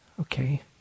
Okay